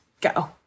go